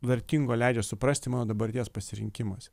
vertingo leidžia suprasti mano dabarties pasirinkimuose